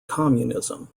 communism